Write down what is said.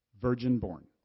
virgin-born